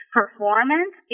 performance